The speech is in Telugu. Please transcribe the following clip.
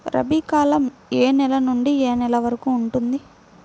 రబీ కాలం ఏ నెల నుండి ఏ నెల వరకు ఉంటుంది?